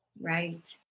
Right